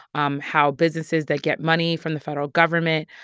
um how businesses that get money from the federal government,